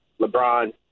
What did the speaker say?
LeBron